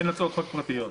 אין הצעות חוק פרטיות?